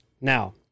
Now